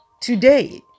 today